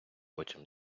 потім